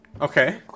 Okay